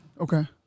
Okay